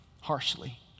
harshly